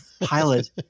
pilot